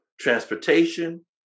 transportation